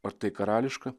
ar tai karališka